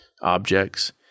objects